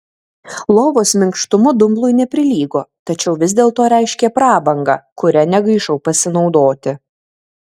lovos minkštumu dumblui neprilygo tačiau vis dėlto reiškė prabangą kuria negaišau pasinaudoti